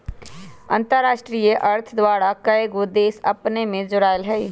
अंतरराष्ट्रीय अर्थ द्वारा कएगो देश अपने में जोरायल हइ